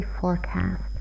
forecast